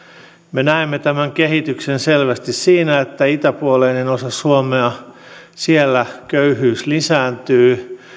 me näemme tämän kehityksen selvästi siinä että itäpuoleisessa osassa suomea köyhyys lisääntyy